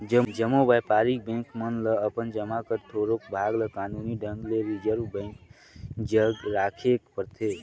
जम्मो बयपारिक बेंक मन ल अपन जमा कर थोरोक भाग ल कानूनी ढंग ले रिजर्व बेंक जग राखेक परथे